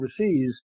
overseas